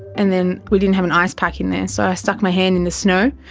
and then we didn't have an ice pack in there so i stuck my hand in the snow,